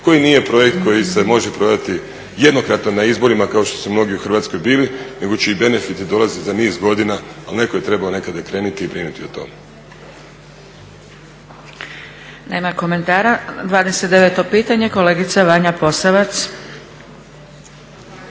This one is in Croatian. koji nije projekt koji se može prodati jednokratno na izborima kao što su mnogi u Hrvatskoj bili nego će i benefiti dolaziti za niz godina ali netko je trebao nekada krenuti i brinuti o tome. **Zgrebec, Dragica (SDP)** Nema komentara 29. pitanje kolegica Vanja Posavac.